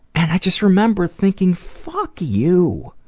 and i just remember thinking fuck you.